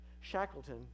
Shackleton